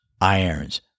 irons